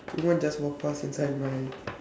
someone just walked past inside my